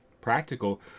practical